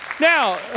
Now